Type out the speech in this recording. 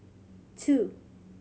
two